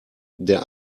der